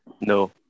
No